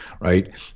right